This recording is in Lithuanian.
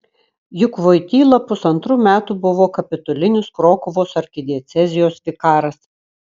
juk voityla pusantrų metų buvo kapitulinis krokuvos arkidiecezijos vikaras